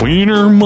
Wiener